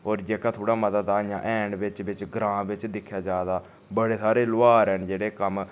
होर जेह्का थोह्ड़ा मता तां इयां हैन बिच्च बिच्च बी ग्रांऽ बिच्च दिक्खेआ जा तां बड़े हारे लौहार हैन जेह्ड़े कम्म